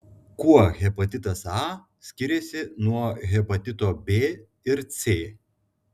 kuo hepatitas a skiriasi nuo hepatito b ir c